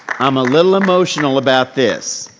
i'm a little emotional about this.